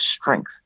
strength